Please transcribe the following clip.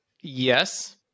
Yes